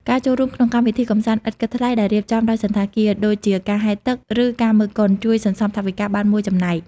ការចូលរួមក្នុងកម្មវិធីកម្សាន្តឥតគិតថ្លៃដែលរៀបចំដោយសណ្ឋាគារ ដូចជាការហែលទឹក ឬការមើលកុន ជួយសន្សំថវិកាបានមួយចំណែក។